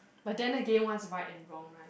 but then again what's right and wrong right